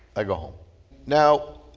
i go home now,